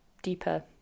deeper